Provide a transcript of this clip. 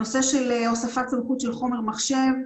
נושא של הוספת סמכות של חומר מחשב,